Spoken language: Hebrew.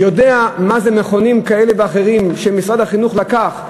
יודע מה זה מכונים כאלה ואחרים שמשרד החינוך לקח,